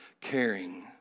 caring